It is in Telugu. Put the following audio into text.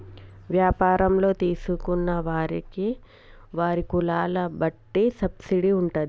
వ్యాపారంలో తీసుకున్న వారికి వారి కులాల బట్టి సబ్సిడీ ఉంటాది